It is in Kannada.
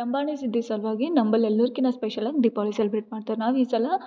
ಲಂಬಾಣಿಸ್ ಇದ್ದಿದ್ದು ಸಲುವಾಗಿ ನಂಬಳಿ ಎಲ್ಲರ್ಕಿನ್ನ ಸ್ಪೆಷಲ್ ಆಗಿ ದೀಪಾವಳಿ ಸೆಲೆಬ್ರೇಟ್ ಮಾಡ್ತಾರೆ ನಾವು ಈ ಸಲ